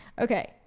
Okay